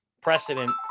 precedent